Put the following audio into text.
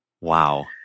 wow